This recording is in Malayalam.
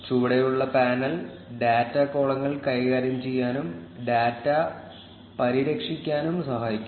ചുവടെയുള്ള പാനൽ ഡാറ്റ കോളങ്ങൾ കൈകാര്യം ചെയ്യാനും ഡാറ്റ പരിഷ്ക്കരിക്കാനും സഹായിക്കും